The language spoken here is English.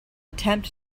attempt